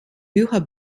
bücher